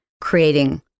creating